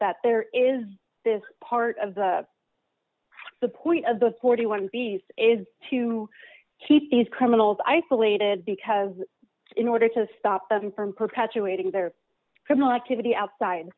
that there is this part of the the point of the forty one piece is to keep these criminals i feel lated because in order to stop them from perpetuating their criminal activity outside